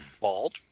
Bald